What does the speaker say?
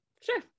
Sure